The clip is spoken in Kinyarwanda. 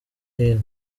hino